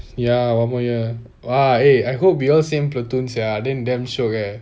ya one more year !wah! eh I hope we all same platoon sia then damn shiok eh